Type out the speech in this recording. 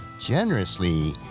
generously